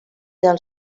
del